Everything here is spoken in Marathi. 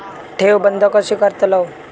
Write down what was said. ठेव बंद कशी करतलव?